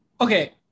Okay